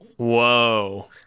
whoa